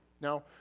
Now